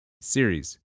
Series